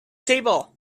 table